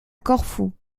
corfou